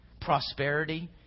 Prosperity